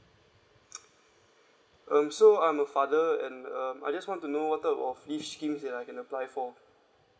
um so I'm a father and um I just want to know what type of leave scheme that I can apply for